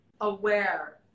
aware